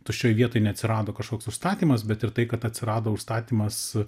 tuščioj vietoj neatsirado kažkoks užstatymas bet ir tai kad atsirado užstatymas